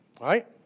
Right